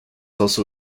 also